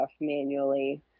manually